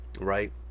right